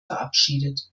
verabschiedet